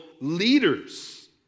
leaders